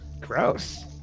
Gross